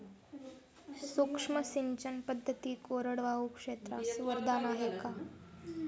सूक्ष्म सिंचन पद्धती कोरडवाहू क्षेत्रास वरदान आहे का?